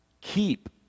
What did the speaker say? keep